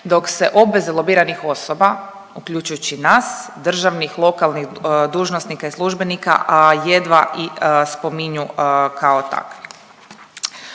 dok se obveze lobiranih osoba, uključujući i nas, državnih lokalnih dužnosnika i službenika jedva i spominju kao takvi.